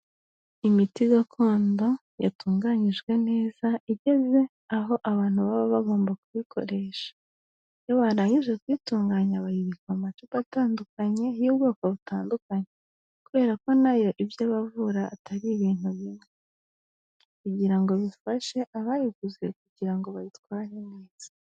Imiti gakondo yatunganyijwe neza igeze aho abantu baba bagomba kuyikoresha, iyo barangije kuyitunganya bayibika mu macupa atandukanye y'ubwoko butandukanye kubera ko nayo ibyo aba avura atari ibintu bimwe kugira ngo bifashe abayiguze kugira ngo bayitware neza.